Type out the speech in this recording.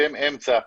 שהם אמצע,